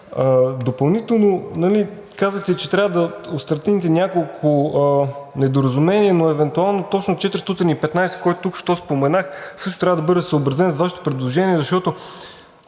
залепване. Казахте, че трябва да отстраните няколко недоразумения, но евентуално точно 415, който току-що споменах, също трябва да бъде съобразен с Вашето предложение, защото,